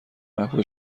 محبوب